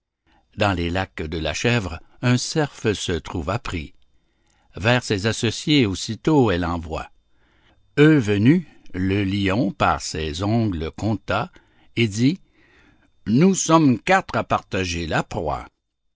dans les lacs de la chèvre un cerf se trouva pris vers ses associés aussitôt elle envoie eux venus le lion par ses ongles compta et dit nous sommes quatre à partager la proie